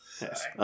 Yes